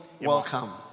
welcome